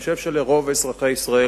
אני חושב שלרוב אזרחי ישראל,